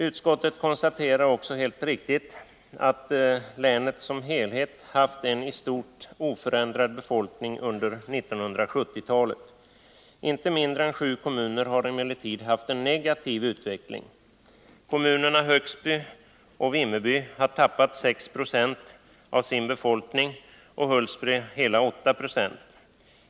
Utskottet konstaterar också helt riktigt att ”länet som helhet haft en i stort sett oförändrad befolkning under 1970-talet. Inte mindre än sju kommuner har emellertid haft en negativ utveckling. Kommunerna Högsby och Vimmerby har tappat 6 96 av sin befolkning och Hultsfred hela 8 26.